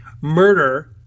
murder